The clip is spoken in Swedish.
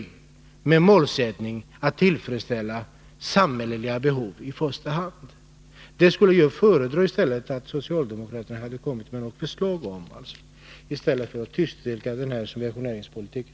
Därmed skulle målet, att tillgodose samhälleliga behov, kunna uppnås. Det tycker jag att socialdemokraterna skulle ha framlagt förslag om i stället för att tyst acceptera den här subventioneringspolitiken.